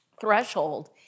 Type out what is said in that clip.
threshold